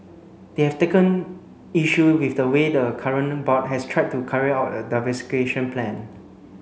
they have taken issue with the way the current board has tried to carry out a diversification plan